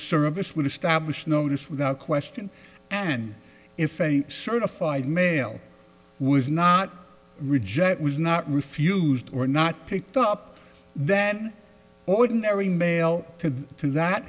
service would establish notice without question and if a certified mail was not reject was not refused or not picked up that ordinary mail to t